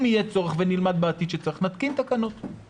אם יהיה צורך ונלמד בעתיד שצריך, נתקין תקנות.